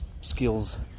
skills